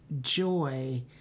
joy